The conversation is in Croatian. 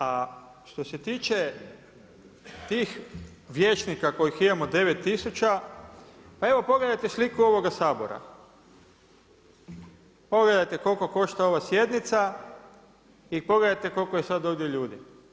A što se tiče tih vijećnika kojih imamo 9000, pa evo pogledajte sliku ovoga Sabora, pogledajte koliko košta ova sjednica i pogledajte koliko je sad ovdje ljudi.